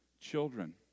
children